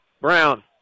Brown